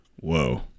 Whoa